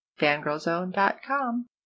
fangirlzone.com